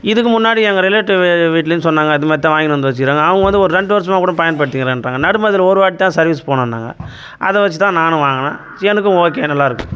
இதுக்கு முன்னாடி எங்கள் ரிலேடிவ் வி வீட்லையும் சொன்னாங்க அது மாதிரி தான் வாங்கின்னு வந்து வச்சிருக்குறாங்க அவங்க வந்து ஒரு ரெண்டு வர்ஷமாக கூட பயன்படுத்திகலன்றாங்க நடு மாதத்துல ஒரு வாட்டி தான் சர்வீஸ் போனோம்னாங்க அதை வச்சி தான் நானும் வாங்கினேன் எனக்கும் ஓகே நல்லா இருக்கு